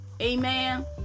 amen